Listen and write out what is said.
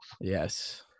yes